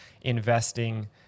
investing